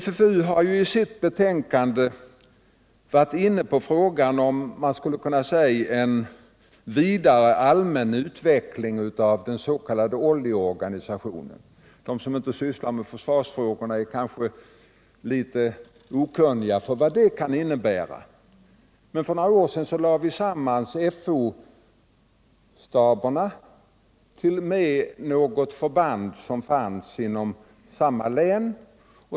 FFU har i sitt betänkande varit inne på frågan om en vidare allmän utveckling av den s.k. OLLI-organisationen. De som inte sysslar med försvarsfrågor är kanske okunniga om vad det kan innebära. Men för några år sedan lade vi samman Fo-staberna med något förband som fanns inom samma län.